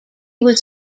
was